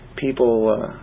people